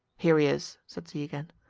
here he is, said z again.